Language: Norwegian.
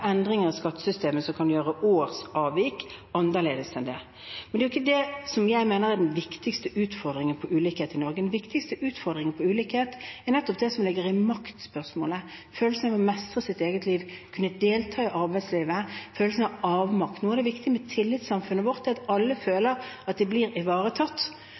endringer i skattesystemet som kan gjøre årsavvik annerledes enn dette. Men det er ikke dette jeg mener er den viktigste utfordringen med ulikhet i Norge. Den viktigste utfordringen med ulikhet er nettopp det som ligger i maktspørsmålet – følelsen av å mestre sitt eget liv, kunne delta i arbeidslivet, følelsen av avmakt. Nå er det viktig med tillit i samfunnet vårt, at alle føler at de blir ivaretatt,